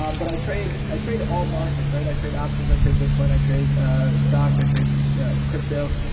um but i trade i trade to all markets, right. i trade options, i trade bitcoin, i trade stocks, i trade yeah crypto.